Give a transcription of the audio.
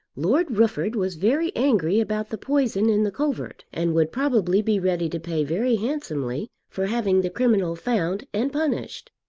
lord rufford was very angry about the poison in the covert and would probably be ready to pay very handsomely for having the criminal found and punished.